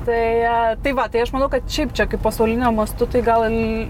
tai tai va tai aš manau kad šiaip čia kaip pasauliniu mastu tai gal